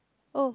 oh